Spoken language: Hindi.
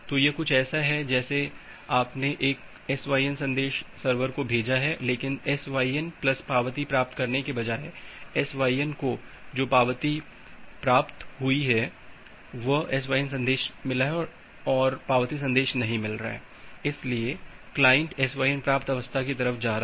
तो यह कुछ ऐसा है कि जैसे आपने एक SYN संदेश सर्वर को भेजा है लेकिन SYN प्लस पावती प्राप्त करने के बजाय SYN को जो पावती आपने भेजी थी आपको वही SYN संदेश मिल रहा है और पावती संदेश नहीं मिल रहा है इसलिए क्लाइंट SYN प्राप्त अवस्था की तरफ़ जा रहा है